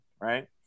right